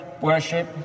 worship